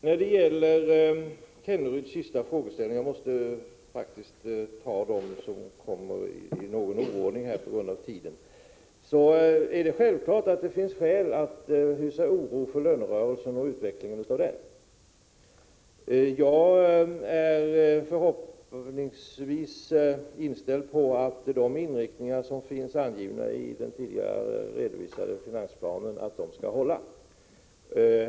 Sedan till Rolf Kenneryds sista fråga — med tanke på tidsfaktorn måste jag faktiskt få ta frågorna i en viss oordning. Självfallet finns det skäl att hysa oro över lönerörelsen och utvecklingen av denna. Men jag är inställd på, och jag hoppas även, att de inriktningar som anges i finansplanen skall hålla.